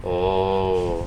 oh